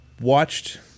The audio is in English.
watched